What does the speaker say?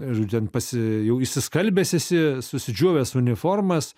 žodžiu ten pasi jau išsiskalbęs esi susidžiuvęs uniformas